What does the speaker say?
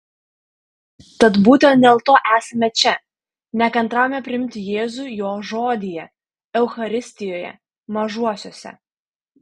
tad būtent dėl to esame čia nekantraujame priimti jėzų jo žodyje eucharistijoje mažuosiuose